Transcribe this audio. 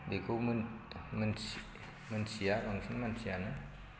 बेखौ मिनथिया बांसिन मानसियानो मानथियानो